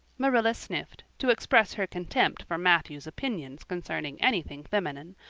marilla sniffed, to express her contempt for matthew's opinions concerning anything feminine,